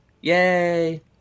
Yay